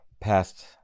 past